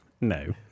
No